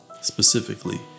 specifically